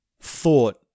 thought